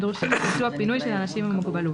הדרושים לביצוע פינוי של אנשים עם מוגבלות,